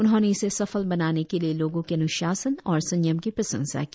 उन्होंने इसे सफल बनाने के लिए लोगों के अन्शासन और संयम की प्रशंसा की